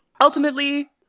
Ultimately